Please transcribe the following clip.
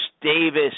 Davis